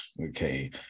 Okay